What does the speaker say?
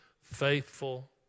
faithful